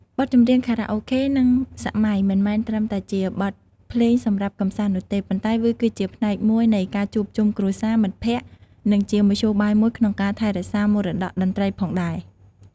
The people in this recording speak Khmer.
បទចម្រៀងខារ៉ាអូខេ និងសម័យមិនមែនត្រឹមតែជាបទភ្លេងសម្រាប់កម្សាន្តនោះទេ ប៉ុន្តែវាគឺជាផ្នែកមួយនៃ ការជួបជុំគ្រួសារ មិត្តភ័ក្តិ និងជាមធ្យោបាយមួយក្នុងការថែរក្សាមរតកតន្ត្រីផងដែរ។